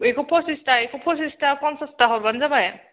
बेखौ फसिसथा बेखौ फसिसथा फनसासथा हरबानो जाबाय